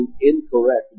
incorrect